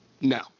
No